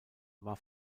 war